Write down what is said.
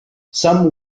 some